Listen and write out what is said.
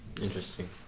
interesting